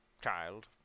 child